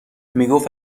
میگفت